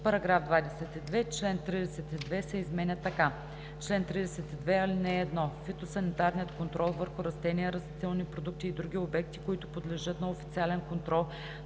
§ 22: „§ 22. Член 32 се изменя така: „Чл. 32. (1) Фитосанитарният контрол върху растения, растителни продукти и други обекти, които подлежат на официален контрол